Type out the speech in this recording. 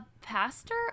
pastor